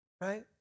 right